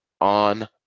on